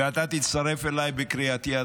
ואתה תצטרף אליי בקריאתי,